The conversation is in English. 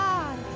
God